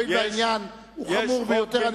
הואיל והעניין הוא חמור ביותר,